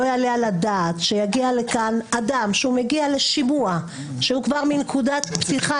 לא יעלה על הדעת שיגיע לכאן אדם שהוא מגיע לשימוע שהוא כבר בנקודת הפתיחה